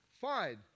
Fine